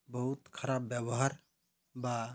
ବହୁତ ଖରାପ ବ୍ୟବହାର ବା